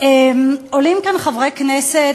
עולים כאן חברי כנסת,